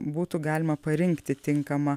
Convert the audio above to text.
būtų galima parinkti tinkamą